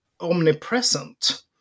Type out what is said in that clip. omnipresent